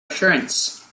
assurance